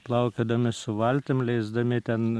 plaukiodami su valtim leisdami ten